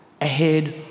ahead